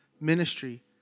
ministry